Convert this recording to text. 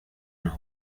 nos